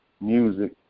music